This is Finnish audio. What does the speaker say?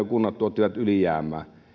kunnat jo tuottivat ylijäämää